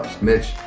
Mitch